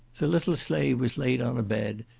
the little slave was laid on a bed,